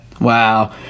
Wow